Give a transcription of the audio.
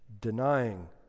denying